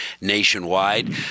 nationwide